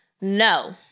no